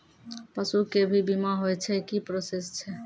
पसु के भी बीमा होय छै, की प्रोसेस छै?